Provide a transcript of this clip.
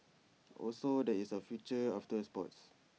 also there is A future after sports